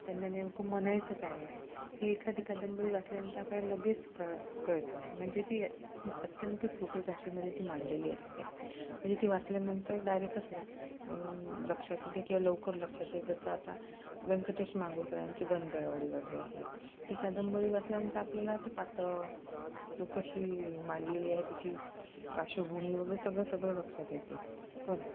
त्यांना नेमकं म्हणायचं काय आहे हे एखादी कादंबरी वाचल्यानंतर आपल्याला लगेच कळ कळतं म्हणजे ती अत अत्यंत सोप्या भाषेमध्ये ती मांडलेली असते म्हणजे ती वाचल्यानंतर डायरेकच लक्ष लक्षात येते किंवा लवकर लक्षात येत जसं आता व्यंकटेश मांडगूळकरांची बनगरवाडी वगैरे आहे ही कादंबरी वाचल्यानंतर आपल्याला ते पात्र कशी मांडलेली आहे तिची पार्श्वभूमी वगैरे सगळं सगळं लक्षात येते पण